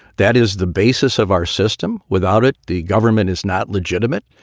that is the basis of our system. without it, the government is not legitimate.